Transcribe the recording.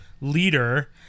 leader